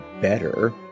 better